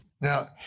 Now